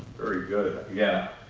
very good, yeah,